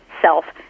self